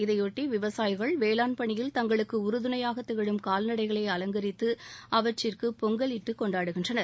இதையொட்டி விவசாயிகள் வேளாண் பணியில் தங்களுக்கு உறுதுணையாக திகழும் கால்நடைகளை அலங்கரித்து அவற்றிற்கு பொங்கலிட்டு கொண்டாடுகின்றனர்